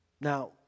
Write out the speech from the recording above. Now